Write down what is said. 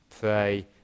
pray